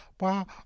wow